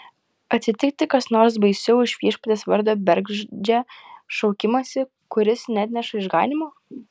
atsitikti kas nors baisiau už viešpaties vardo bergždžią šaukimąsi kuris neatneša išganymo